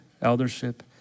eldership